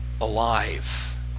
alive